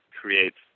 creates